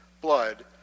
blood